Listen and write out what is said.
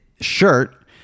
shirt